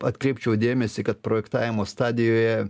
atkreipčiau dėmesį kad projektavimo stadijoje